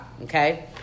okay